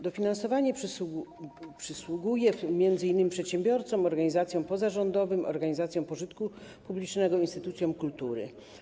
Dofinansowanie przysługuje m.in. przedsiębiorcom, organizacjom pozarządowym, organizacjom pożytku publicznego, instytucjom kultury.